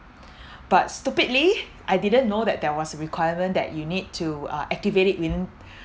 but stupidly I didn't know that there was a requirement that you need to uh activate it within